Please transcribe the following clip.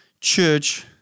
church